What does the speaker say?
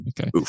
Okay